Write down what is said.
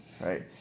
right